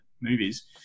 movies